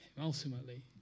ultimately